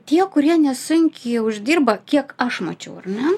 tie kurie nesunkiai uždirba kiek aš mačiau ar ne